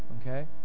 okay